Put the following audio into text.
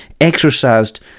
exercised